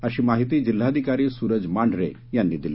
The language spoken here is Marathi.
अशी माहिती जिल्हाधिकारी सुरज मांढरे यांनी दिली